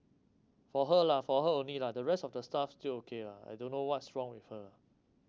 for her lah for her only lah the rest of the staff still okay lah I don't know what's wrong with her